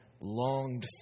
longed